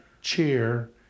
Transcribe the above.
cheer